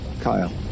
Kyle